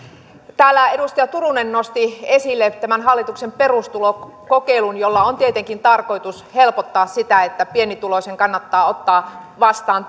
täällä edustaja turunen nosti esille hallituksen perustulokokeilun jolla on tietenkin tarkoitus helpottaa sitä että pienituloisen kannattaa ottaa vastaan